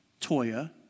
Toya